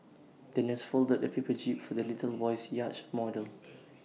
the nurse folded A paper jib for the little boy's yacht model